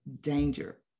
danger